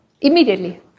Immediately